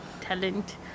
talent